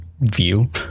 view